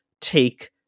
take